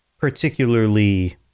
particularly